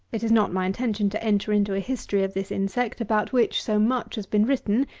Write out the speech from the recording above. it is not my intention to enter into a history of this insect about which so much has been written,